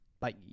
Bye